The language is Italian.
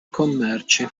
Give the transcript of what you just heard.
commerci